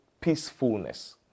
peacefulness